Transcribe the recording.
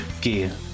gear